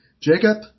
Jacob